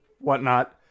whatnot